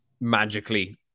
magically